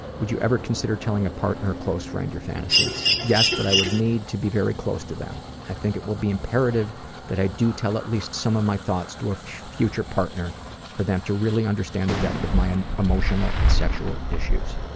would you ever consider telling a partner or close friend your fantasies? yes, but i would need to be very close to them. i think it will be imperative that i do tell at least some of my thoughts to a future partner for them to really understand the depth of my and emotional and sexual issues.